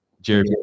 Jerry